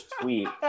tweet